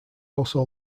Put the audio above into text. also